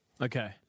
Okay